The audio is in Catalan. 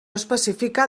específica